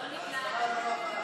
לא נקלט.